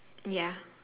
ya